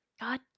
God